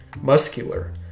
muscular